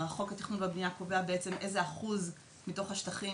חוק התכנון והבניה קובע בעצם איזה אחוז מתוך השטחים